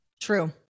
True